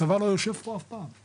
הצבא לא יושב פה אף פעם,